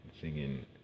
singing